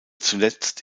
zuletzt